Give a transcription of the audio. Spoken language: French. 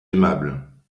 aimable